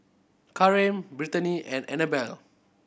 Kareem Brittany and Anabelle